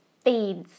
feeds